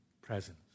presence